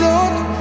Lord